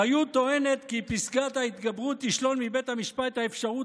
חיות טוענת כי פסקת ההתגברות תשלול מבית המשפט את האפשרות